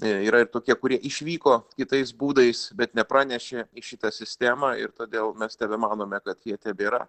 na yra ir tokie kurie išvyko kitais būdais bet nepranešė į šitą sistemą ir todėl mes tebemanome kad jie tebėra